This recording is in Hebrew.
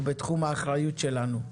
הוא בתחום האחריות שלנו.